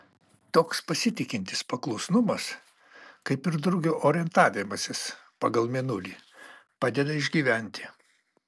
toks pasitikintis paklusnumas kaip ir drugio orientavimasis pagal mėnulį padeda išgyventi